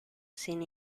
sin